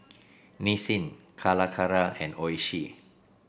Nissin Calacara and Oishi